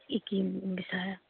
কি কিন বিচাৰে